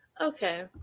Okay